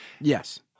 Yes